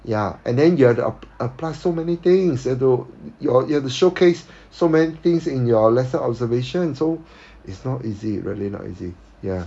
ya and then you have to ap~ apply so many things you have to you have to showcase so many things in your let's say observation so it's not easy really not easy ya